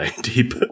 deep